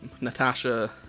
Natasha